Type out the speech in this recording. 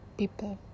people